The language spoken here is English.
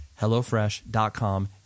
HelloFresh.com